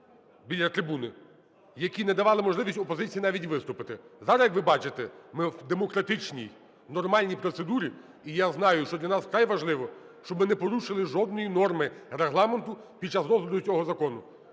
біля трибуни, які не давали можливості опозиції навіть виступити. Зараз, як ви бачите, ми в демократичній, нормальній процедурі, і я знаю, що для нас вкрай важливо, щоб ми не порушили жодної норми Регламенту під час розгляду цього закону.